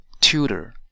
tutor